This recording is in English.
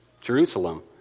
Jerusalem